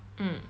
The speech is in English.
mm